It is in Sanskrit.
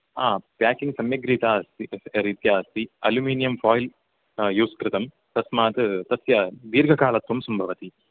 हा पेकिङ्ग् सम्यक् रीता अस्ति रीत्या अस्ति अल्युमिनियम् फायिल् यूस् कृतं तस्मात् तस्य दीर्घकालत्वं सम्भवति